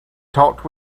talked